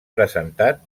presentat